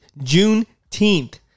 Juneteenth